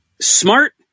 smart